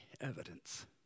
evidence